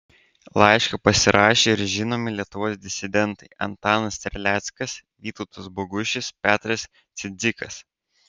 laišką pasirašė ir žinomi lietuvos disidentai antanas terleckas vytautas bogušis petras cidzikas